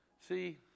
See